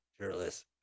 shirtless